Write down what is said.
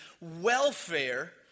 welfare